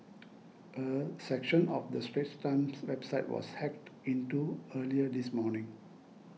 a section of the Straits Times website was hacked into earlier this morning